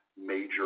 major